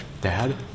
Dad